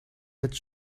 het